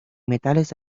metales